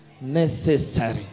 necessary